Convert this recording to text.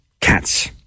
cats